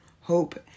hope